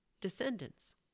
descendants